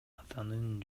атынан